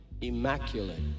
immaculate